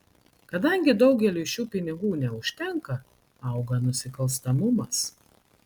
kadangi daugeliui šių pinigų neužtenka auga nusikalstamumas